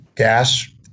gas